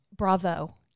Bravo